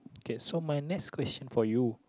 okay so my next question for you